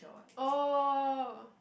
oh